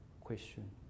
question